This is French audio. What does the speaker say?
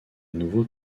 nouveau